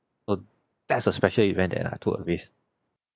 so that's the special event that I took a risk